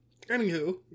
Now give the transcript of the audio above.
anywho